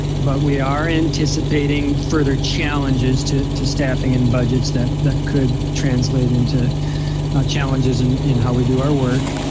but we are anticipating further challenges to to staffing and budgets that that could translate into challenges and in how we do our work.